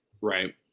right